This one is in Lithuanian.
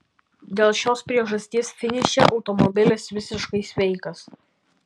dėl šios priežasties finiše automobilis visiškai sveikas